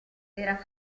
era